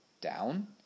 Down